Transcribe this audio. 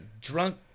drunk